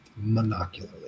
monocularly